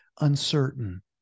uncertain